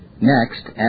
Next